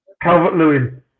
Calvert-Lewin